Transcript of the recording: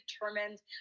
determined